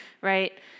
right